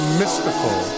mystical